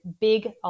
big